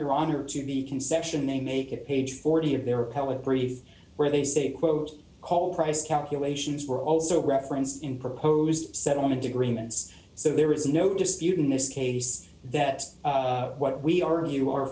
your honor to be concession they make it page forty of their appellate brief where they say quote whole price calculations were also referenced in proposed settlement agreements so there is no dispute in this case that what we are you are